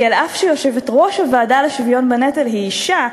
כי אף שיושבת-ראש הוועדה לשוויון בנטל היא אישה,